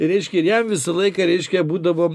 reiškia ir jam visą laiką reiškia būdavo